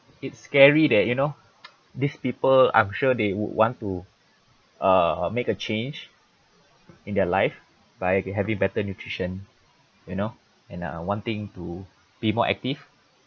it's scary that you know these people I'm sure they would want to uh make a change in their life by having better nutrition you know and uh wanting to be more active